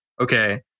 okay